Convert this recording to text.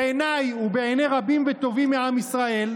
בעיניי ובעיני רבים וטובים מעם ישראל,